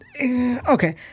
Okay